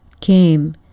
came